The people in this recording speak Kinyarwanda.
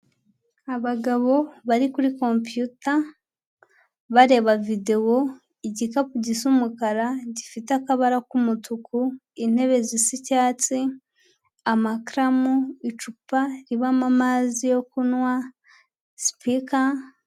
Abagabo bari kuri kompiyuta, bareba videwo, igikapu gisa umukara, gifite akabara k'umutuku, intebe zisa icyatsi, amakaramu, icupa ribamo amazi yo kunywa, sipika.